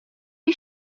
you